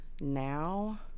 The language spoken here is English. now